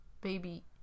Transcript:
baby